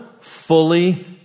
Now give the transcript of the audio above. fully